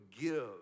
give